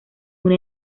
una